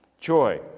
Joy